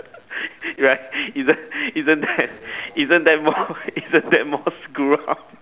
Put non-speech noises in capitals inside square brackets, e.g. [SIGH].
[LAUGHS] right isn't isn't that isn't that more [LAUGHS] isn't that more screw up [LAUGHS]